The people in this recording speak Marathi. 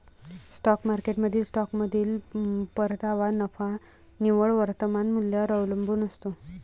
स्टॉक मार्केटमधील स्टॉकमधील परतावा नफा निव्वळ वर्तमान मूल्यावर अवलंबून असतो